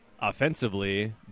offensively